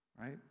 right